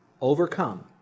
overcome